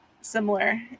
similar